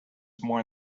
more